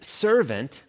servant